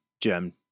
Jim